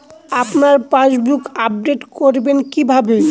আপনার passbook update করবেন কিভাবে?